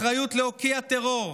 אחריות להוקיע טרור,